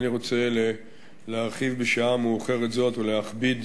אינני רוצה להרחיב בשעה מאוחרת זאת ולהכביד